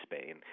Spain